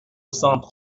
centre